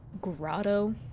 Grotto